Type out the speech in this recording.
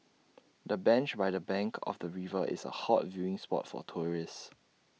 the bench by the bank of the river is A hot viewing spot for tourists